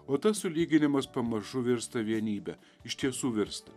o tas sulyginimas pamažu virsta vienybe iš tiesų virsta